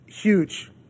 Huge